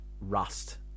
Rust